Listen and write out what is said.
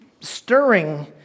stirring